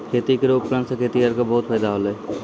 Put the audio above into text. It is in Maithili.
खेती केरो उपकरण सें खेतिहर क बहुत फायदा होलय